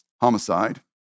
homicide